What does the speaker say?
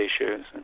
issues